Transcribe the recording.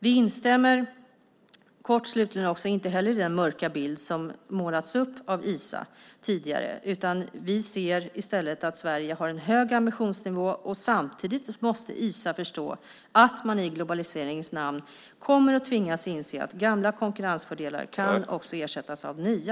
Vi instämmer inte heller i den mörka bild som målats upp av Isa tidigare. Vi ser i stället att Sverige har en hög ambitionsnivå. Samtidigt måste Isa förstå att man i globaliseringens namn kommer att tvingas inse att gamla konkurrensfördelar kan ersättas av nya.